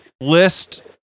list